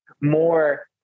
more